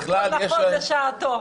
הכול נכון לשעתו.